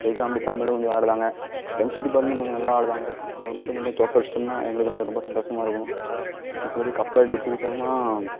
BCom டிப்பார்ட்மெண்ட்டில் கொஞ்சம் விளாடுதாங்க கெமிஸ்ட்ரி டிப்பார்ட்மெண்ட் கொஞ்சம் நல்லா விளாடுதாங்க அவங்களை மட்டும் கொஞ்சம் தோற்கடிச்சிட்டோம்னா எங்களுக்கு கொஞ்சம் ரொம்ப சந்தோஷமா இருக்கும் மித்தபடி கப் அடிச்சுட்டோம்னா